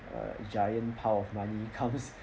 a giant pile of money comes